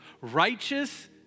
righteous